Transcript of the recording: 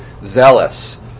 zealous